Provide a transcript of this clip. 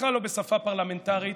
בכלל לא בשפה פרלמנטרית,